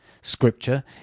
Scripture